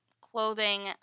Clothing